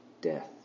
death